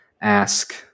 ask